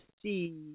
see